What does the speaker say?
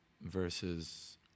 versus